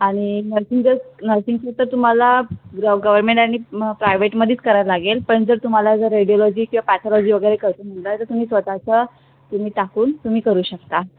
आणि नर्सिंगच नर्सिंगचं तर तुम्हाला गव गवरमेंट आणि मग प्रायव्हेटमध्येच करावं लागेल पण जर तुम्हाला जर रेडिओलॉजी किंवा पॅथालॉजी वगैरे तर तुम्ही स्वतःचं तुम्ही टाकून तुम्ही करू शकता